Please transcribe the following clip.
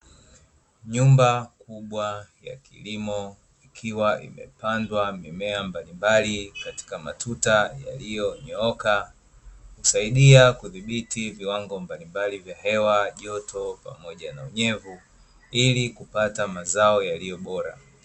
Nyumba kubwa ya kilimo ikiwa imepandwa mimea mbalimbali katika matuta yaliyonyooka, husaidia kudhibiti viwango mbalimbali vya hewa, joto pamoja na unyevu ili kupata mazao yaliyo bora.